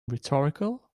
rhetorical